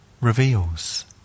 reveals